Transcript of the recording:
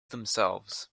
themselves